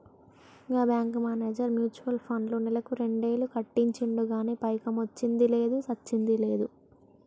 గా bank manager mutual ఫండ్లో నెలకు రెండేలు కట్టించిండు గానీ పైకమొచ్చ్చింది లేదు, సచ్చింది లేదు